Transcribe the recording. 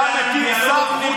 תודה, רון.